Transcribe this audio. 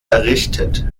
errichtet